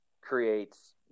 creates